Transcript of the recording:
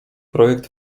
projekt